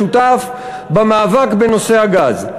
שותף במאבק בנושא הגז.